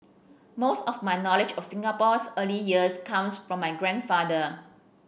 most of my knowledge of Singapore's early years comes from my grandfather